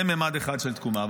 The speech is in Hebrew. זה ממד אחד של תקומה.